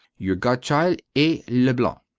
your godchild. a. leblanc.